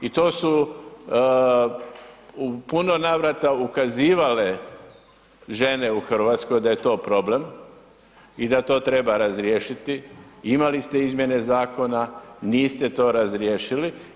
I to su u puno navrata ukazivale žene u RH da je to problem i da to treba razriješiti, imali ste izmjene zakona, niste to razriješili.